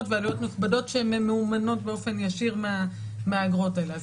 ועלויות נכבדות שממומנות באופן ישיר מהאגרות האלה.